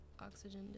Oxygen